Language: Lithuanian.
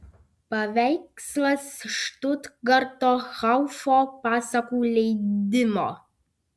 paveikslas štutgarto haufo pasakų leidimo